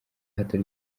hato